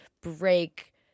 break